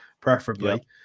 preferably